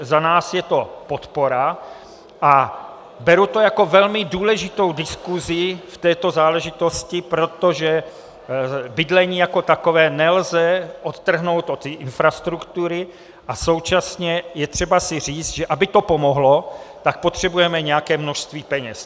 Za nás je to podpora a beru to jako velmi důležitou diskusi v této záležitosti, protože bydlení jako takové nelze odtrhnout od infrastruktury, a současně je třeba si říci, že aby to pomohlo, potřebujeme nějaké množství peněz.